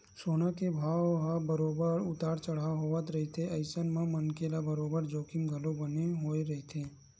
सोना के भाव ह बरोबर उतार चड़हाव होवत रहिथे अइसन म मनखे ल बरोबर जोखिम घलो बने होय रहिथे